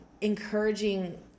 encouraging